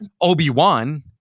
Obi-Wan